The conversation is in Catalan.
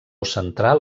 central